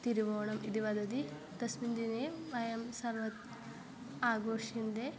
तिरुवोणम् इति वदति तस्मिन् दिने वयं सर्वत् आघोष्यन्ते